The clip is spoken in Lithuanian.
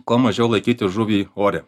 kuo mažiau laikyti žuvį ore